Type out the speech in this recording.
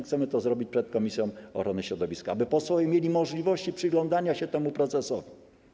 Chcemy to zrobić przed komisją ochrony środowiska, aby posłowie mieli możliwość przyglądania się temu procesowi.